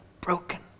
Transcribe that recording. broken